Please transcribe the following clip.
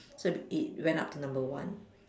so it went up to number one